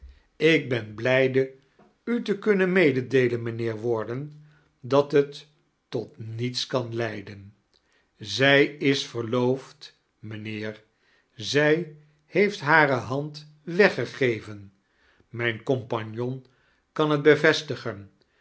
ik ben blijde u te kunnen meedeelen mijinheer warden dat t tot niets kan leaden zij is verloofd mijnheer zij heeft hare hand weggegeven mijn cornpagnon kan het bevestigen